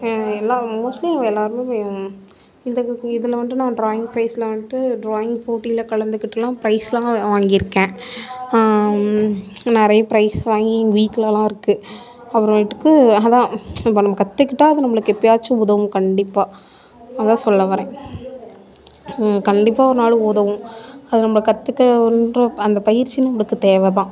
எல்லாம் மோஸ்ட்லி இவங்க எல்லாருமே இந்த இதில் வந்து நான் டிராயிங் ப்ரைஸில் வந்துட்டு டிராயிங் போட்டியில் கலந்துக்கிட்டுலாம் ப்ரைஸ்லாம் வாங்கியிருக்கேன் நிறைய ப்ரைஸ் வாங்கி எங்கள் வீட்லலாம் இருக்குது அப்புறமேட்டுக்கு அதுதான் இப்போ நம்ம கற்றுக்கிட்டா அது நம்மளுக்கு எப்பயாச்சும் உதவும் கண்டிப்பாக அதுதான் சொல்ல வரேன் கண்டிப்பாக ஒரு நாள் உதவும் அது நம்ம கத்துக்கின்ற அந்த பயிற்சி நம்மளுக்கு தேவைதான்